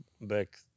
back